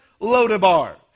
Lodabar